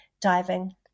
diving